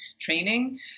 training